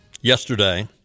yesterday